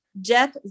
jeff